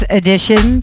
edition